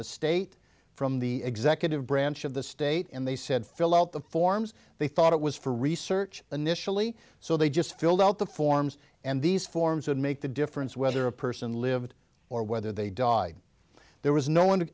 the state from the executive branch of the state and they said fill out the forms they thought it was for research initially so they just filled out the forms and these forms would make the difference whether a person lived or whether they died there was no one to